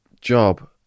job